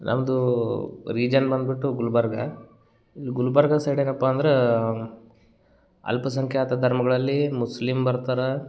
ನಮ್ಮದು ರೀಜನ್ ಬಂದ್ಬಿಟ್ಟು ಗುಲ್ಬರ್ಗ ಇಲ್ಲಿ ಗುಲ್ಬರ್ಗ ಸೈಡ್ ಏನಪ್ಪ ಅಂದ್ರೆ ಅಲ್ಪಸಂಖ್ಯಾತ ಧರ್ಮಗಳಲ್ಲಿ ಮುಸ್ಲಿಮ್ ಬರ್ತಾರೆ